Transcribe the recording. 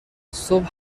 صبح